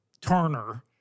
turner